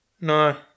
No